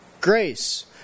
grace